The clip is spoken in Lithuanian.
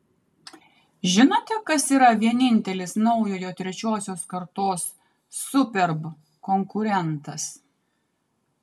žinote kas yra vienintelis naujojo trečiosios kartos superb konkurentas